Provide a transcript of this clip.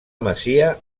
masia